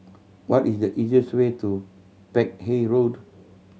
what is the easiest way to Peck Hay Road